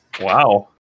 wow